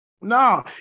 No